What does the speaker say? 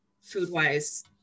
food-wise